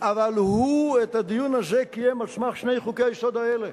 אבל הוא את הדיון הזה קיים על סמך שני חוקי-היסוד האלה.